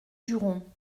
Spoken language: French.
juron